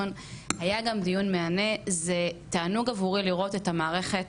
היה גם דיון מהנה זה תענוג עבורי לראות את המערכת